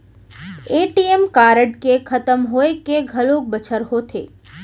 ATM card के खतम होए के घलोक बछर होथे